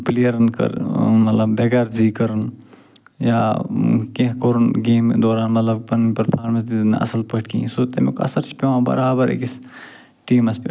پٕلیرَن کٔر مطلب بےٚغرضی کٔرٕن یا کیٚنٛہہ کوٚرُن گیمہِ دوران مطلب پنٕنۍ پٔرفامٮ۪نٕس دِژٕن نہٕ اصٕل پٲٹھۍ کِہیٖنۍ سُہ تَمیُک اثر چھِ پٮ۪وان برابر أکِس ٹیٖمس پٮ۪ٹھ